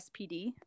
SPD